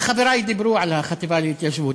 חברי דיברו על החטיבה להתיישבות.